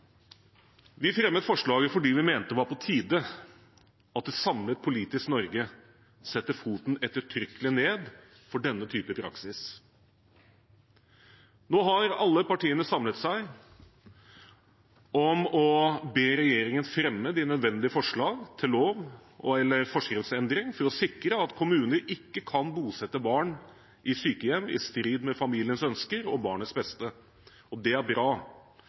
Vi fremmet forslaget fordi vi mente det var på tide at et samlet politisk Norge setter foten ettertrykkelig ned for denne typen praksis. Nå har alle partiene samlet seg om å be regjeringen fremme de nødvendige forslag til lov- og/eller forskriftsendring for å sikre at kommuner ikke kan bosette barn i sykehjem i strid med familiens ønsker og barnets beste. Det er bra,